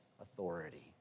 authority